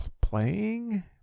playing